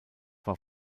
war